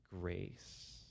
grace